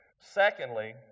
Secondly